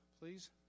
please